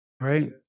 Right